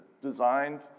designed